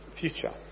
future